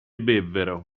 bevvero